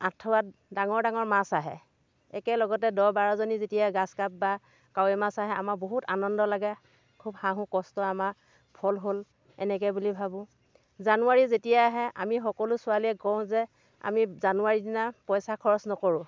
আঁঠুৱাত ডাঙৰ ডাঙৰ মাছ আহে একেলগতে দহ বাৰজনী যেতিয়া গ্ৰাছকাৰ্প বা কাৱৈ মাছ আহে আমাৰ বহুত আনন্দ লাগে খুব হাঁহো কষ্টৰ আমাৰ ফল হ'ল এনেকে বুলি ভাবোঁ জানুৱাৰী যেতিয়া আহে আমি সকলো ছোৱালীয়ে কওঁ যে আমি জানুৱাৰীৰ দিনা পইচা খৰছ নকৰোঁ